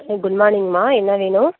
good morning மா என்ன வேணும்